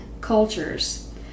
cultures